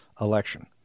election